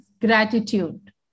gratitude